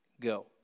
go